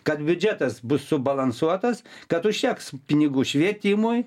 kad biudžetas bus subalansuotas kad užteks pinigų švietimui